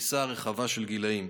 ובפריסה רחבה של גילים.